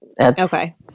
Okay